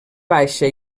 baixa